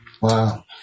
Wow